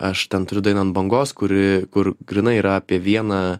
aš ten turiu dainą ant bangos kuri kur grynai yra apie vieną